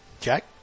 Jack